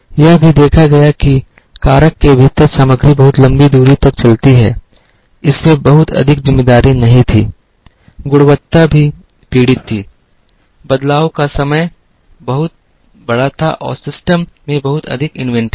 यह भी देखा गया कि कारक के भीतर सामग्री बहुत लंबी दूरी तक चलती है इसमें बहुत अधिक जिम्मेदारी नहीं थी गुणवत्ता भी पीड़ित थी बदलाव का समय बहुत बड़ा था और सिस्टम में बहुत अधिक इन्वेंट्री थी